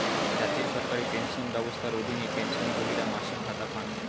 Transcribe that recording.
জাতীয় সরকারি পেনশন ব্যবস্থার অধীনে, পেনশনভোগীরা মাসিক ভাতা পান